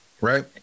right